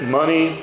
money